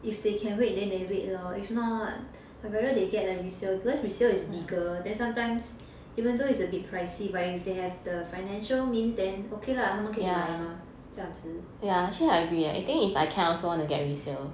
if they can wait then they wait lor if not I rather they get a resale because resale is bigger then sometimes even though it's a bit pricey but if they have the financial means then okay lah 他们可以买 mah 这样子